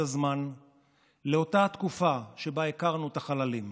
הזמן לאותה התקופה שבה הכרנו את החללים.